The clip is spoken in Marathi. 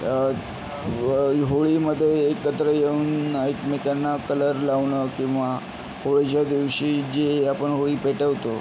होळीमध्ये एकत्र येऊन एकमेकांना कलर लावणं किंवा होळीच्या दिवशी जे आपण होळी पेटवतो